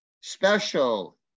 special